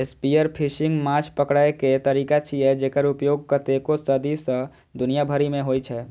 spearfishing माछ पकड़ै के तरीका छियै, जेकर उपयोग कतेको सदी सं दुनिया भरि मे होइ छै